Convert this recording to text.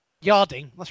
Yarding